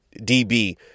DB